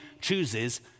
chooses